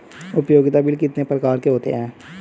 उपयोगिता बिल कितने प्रकार के होते हैं?